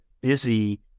busy